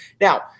Now